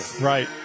Right